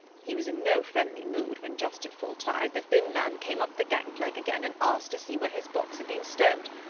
he was in no friendly mood, when just at full tide, the thin man came up the gang-plank again and asked to see where his box had been stowed.